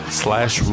slash